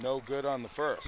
no good on the first